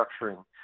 structuring